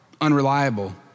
unreliable